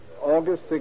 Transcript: August